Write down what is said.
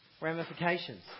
ramifications